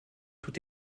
tout